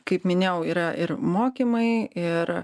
kaip minėjau yra ir mokymai ir